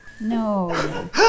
No